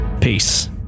Peace